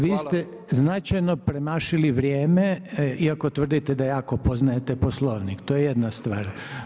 Vi ste značajno premašili vrijeme iako tvrdite da jako poznajete poslovnik, to je jedna stvar.